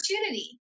opportunity